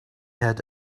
had